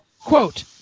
Quote